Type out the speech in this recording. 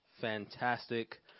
fantastic